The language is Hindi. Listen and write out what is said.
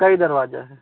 कै दरवाज़ा है